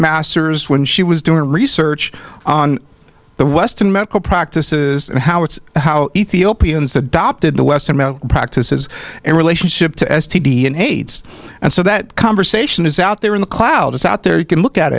master's when she was doing research on the western medical practices and how it's how ethiopians adopted the western practices and relationship to s t d and aids and so that conversation is out there in the cloud it's out there you can look at